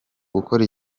gukora